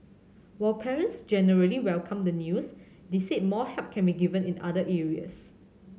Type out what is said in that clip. while parents generally welcomed the news they said more help can be given in other areas